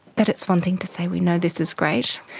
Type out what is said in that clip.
but it's one thing to say we know this is great,